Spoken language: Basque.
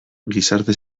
gizarte